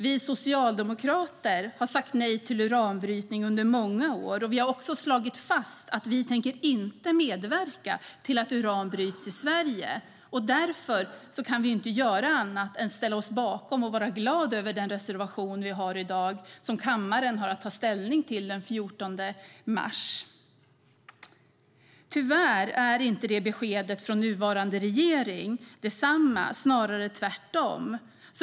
Vi socialdemokrater har sagt nej till uranbrytning under många år. Vi har också slagit fast att vi inte tänker medverka till att uran bryts i Sverige. Därför kan vi inte göra annat än att ställa oss bakom och vara glada över den reservation vi har i dag och som kammaren har att ta ställning till den 14 mars. Tyvärr är inte beskedet från nuvarande regering detsamma, snarare tvärtom.